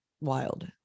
Wild